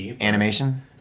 Animation